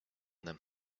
them